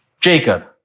Jacob